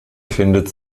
findet